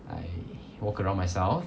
I walk around myself